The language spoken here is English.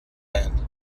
hand